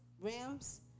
rams